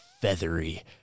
feathery